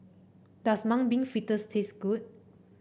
does Mung Bean Fritters taste good